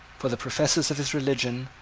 for the professors of his religion,